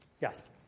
Yes